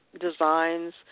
designs